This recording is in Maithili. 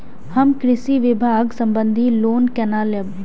हम कृषि विभाग संबंधी लोन केना लैब?